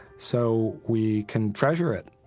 so we can treasure it